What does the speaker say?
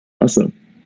Awesome